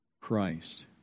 Christ